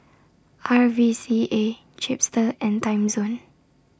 R V C A Chipster and Timezone